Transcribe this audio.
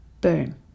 Boom